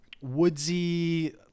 woodsy